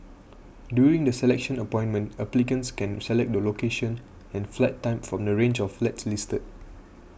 during the selection appointment applicants can select the location and flat type from the range of flats listed